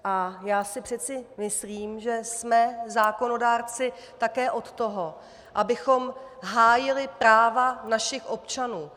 A já si přece myslím, že jsme zákonodárci také od toho, abychom hájili práva našich občanů.